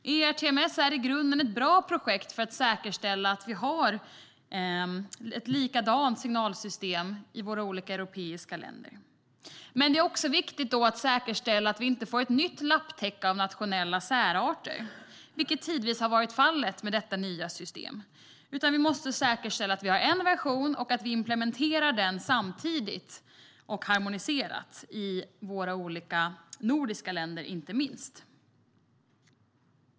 ERTMS är i grunden ett bra projekt för att säkerställa att vi har ett signalsystem som är likadant i de olika europeiska länderna. Det är också viktigt att se till att vi inte får ett nytt lapptäcke av nationella särarter, vilket tidvis har varit fallet i det nya systemet. Vi måste säkerställa att vi har en enda version och att vi implementerar den samtidigt och harmoniserat, inte minst i de nordiska länderna.